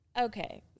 Okay